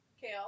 Kale